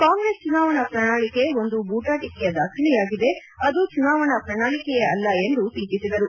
ಕಾಂಗ್ರೆಸ್ ಚುನಾವಣಾ ಪ್ರಣಾಳಿಕೆ ಒಂದು ಬೂಟಾಟಿಕೆಯ ದಾಖಲೆಯಾಗಿದೆ ಅದು ಚುನಾವಣಾ ಪ್ರಣಾಳಿಕೆಯೇ ಅಲ್ಲ ಎಂದು ಟೀಕಿಸಿದರು